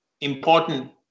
important